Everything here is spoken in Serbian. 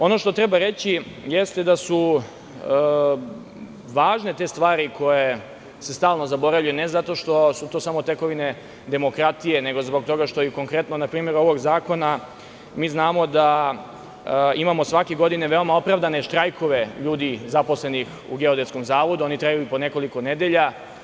Ono što treba reći jeste da su važne te stvari koje se stalno zaboravljaju, ne zato što su to samo tekovine demokratije, nego zbog toga što i konkretno, na primer, znamo da imamo svake godine veoma opravdane štrajkove ljudi zaposlenih u Geodetskom zavodu, koji traju i po nekoliko nedelja.